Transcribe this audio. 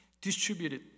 distributed